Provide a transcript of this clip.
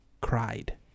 cried